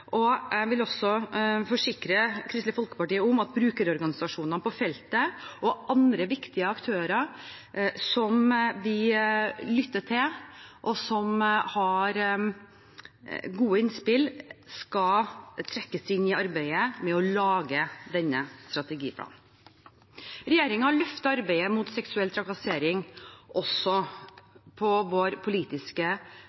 Jeg vil også forsikre Kristelig Folkeparti om at brukerorganisasjonene på feltet og andre viktige aktører som vi lytter til, og som har gode innspill, skal trekkes inn i arbeidet med å lage denne strategiplanen. Regjeringen løfter arbeidet mot seksuell trakassering